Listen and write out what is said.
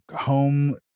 home